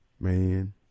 man